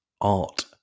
art